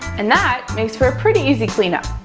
and that makes for a pretty easy cleanup.